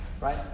Right